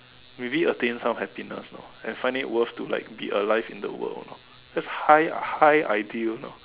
maybe attain some happiness know and find it worth to like be alive in the world you know that's high high ideal you know